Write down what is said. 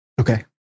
okay